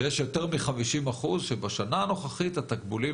שיש יותר מ-50% שבשנה הנוכחית התקבולים